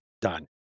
done